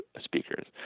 speakers